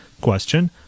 Question